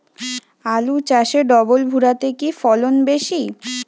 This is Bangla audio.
আলু চাষে ডবল ভুরা তে কি ফলন বেশি?